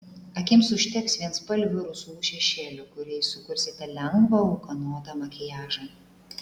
akims užteks vienspalvių rusvų šešėlių kuriais sukursite lengvą ūkanotą makiažą